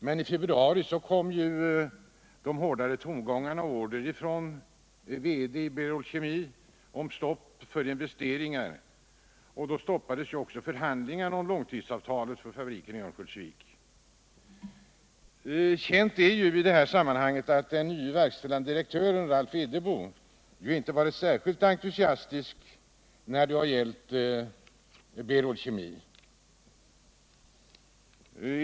Men i februari kom order från VD i Berol Kemi om stopp för investeringar, och då stoppades också förhandlingarna om långtidsavtalet för fabriken i Örnsköldsvik. Känt är i detta sammanhang att den nye verkställande direktören, Ralph Edebo, inte är särskilt entusiastisk för Berol Kemi.